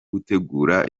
gutegura